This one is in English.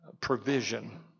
provision